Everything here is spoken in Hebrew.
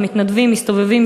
המתנדבים מסתובבים,